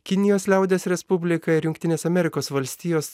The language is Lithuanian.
kinijos liaudies respublika ir jungtinės amerikos valstijos